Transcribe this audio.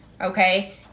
okay